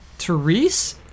Therese